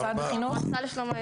משרד החינוך, בבקשה.